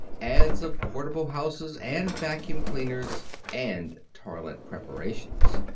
ads of portable houses, and vacuum cleaners and toilette preparations.